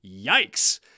Yikes